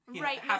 Right